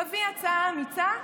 תביא הצעה אמיצה,